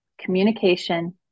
communication